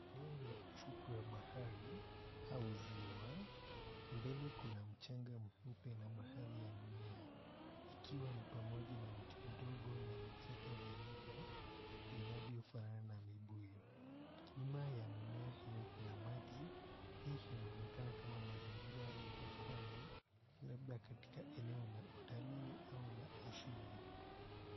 Eneo la ufukwe wa bahari au ziwa mbele kuna mchanga mweupe na baadhi ya mimea ikiwa ni pamoja na miti midogo na vichaka vya miba vinavyofanana na mibuyu, nyuma ya mimea hiyo kuna maji hii inaonekana kama mazingira ya Pwani labda katika eneo la utalii au la asili.